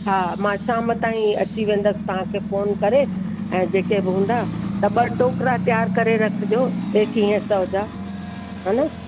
हा मां शाम ताईं अची वेंदसि तव्हांखे फोन करे ऐं जेके बि हूंदा त ॿ टोकरा तयारु करे रखिजो एकीह सौ जा हा न